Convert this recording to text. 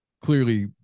clearly